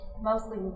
mostly